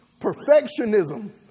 perfectionism